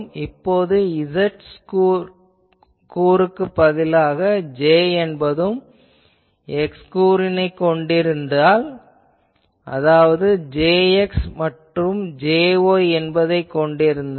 இப்போது z கூறுக்குப் பதிலாக J என்பதும் x கூறினைக் கொண்டிருந்தால் அதாவது இது Jx மற்றும் Jy என்பதைக் கொண்டிருக்கிறது